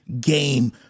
game